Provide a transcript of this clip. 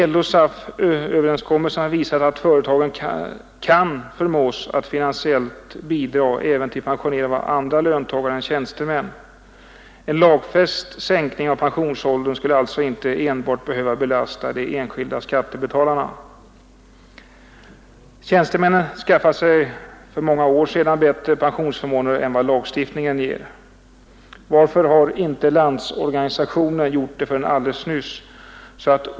LO-SAF-överenskommelsen har visat att företagen kan förmås att finansiellt bidra även till pensioneringen av andra löntagare än tjänstemän. En lagfäst sänkning av pensionsåldern skulle alltså inte behöva belasta enbart de enskilda skattebetalarna. Tjänstemännen skaffade sig för många år sedan bättre pensionsförmåner än vad lagstiftningen ger. Varför har inte Landsorganisationen gjort det för sina medlemmar förrän alldeles nyligen?